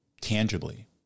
Tangibly